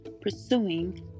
pursuing